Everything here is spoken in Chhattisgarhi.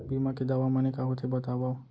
बीमा के दावा माने का होथे बतावव?